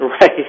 Right